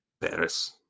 Paris